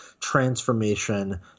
transformation